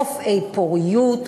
רופאי פוריות,